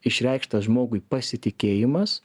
išreikštas žmogui pasitikėjimas